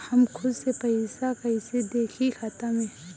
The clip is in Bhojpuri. हम खुद से पइसा कईसे देखी खाता में?